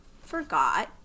forgot